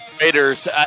Raiders